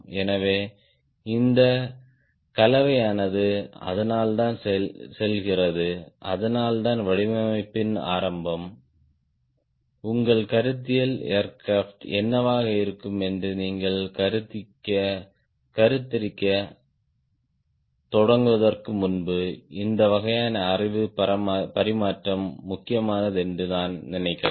எனவே இந்த கலவையானது அதனால்தான் செல்கிறது அதனால்தான் வடிவமைப்பின் ஆரம்பம் உங்கள் கருத்தியல் ஏர்கிராப்ட் என்னவாக இருக்கும் என்று நீங்கள் கருத்தரிக்கத் தொடங்குவதற்கு முன்பு இந்த வகையான அறிவு பரிமாற்றம் முக்கியமானது என்று நான் நினைக்கிறேன்